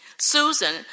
Susan